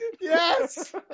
Yes